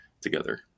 together